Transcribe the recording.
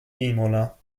imola